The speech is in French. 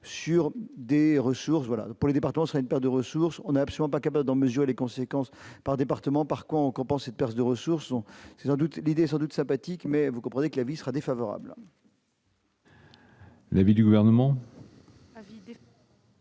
sur des ressources, voilà pour les départements sera une paire de ressources, on a absolument pas capable d'en mesurer les conséquences par département, par quoi on compense cette perte de ressources, on n'en doute l'idée sans doute sympathique mais vous comprenez que la vie sera défavorable. L'avis du gouvernement.